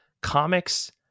comics